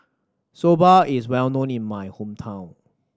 soba is well known in my hometown